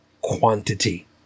quantity